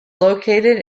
located